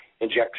inject